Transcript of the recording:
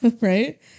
right